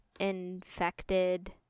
infected